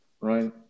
Right